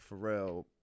Pharrell